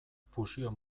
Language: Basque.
fusio